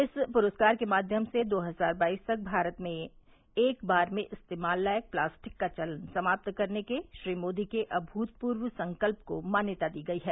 इस पुरस्कार के माव्यम से दो हजार बाईस तक भारत में एक बार में इस्तेमाल लायक प्लास्टिक का चलन समाप्त करने के श्री मोदी के अभूतपूर्व संकल्प को मान्यता दी गई है